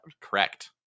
Correct